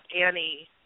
Annie